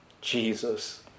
Jesus